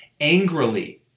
angrily